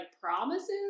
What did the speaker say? promises